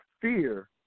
fear